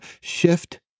shift